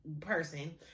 person